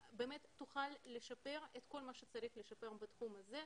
תוכל לשפר את כל מה שצריך לשפר בתחום הזה.